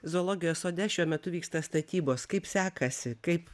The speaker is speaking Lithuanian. zoologijos sode šiuo metu vyksta statybos kaip sekasi kaip